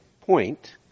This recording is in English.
point